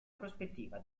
prospettiva